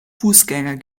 fußgänger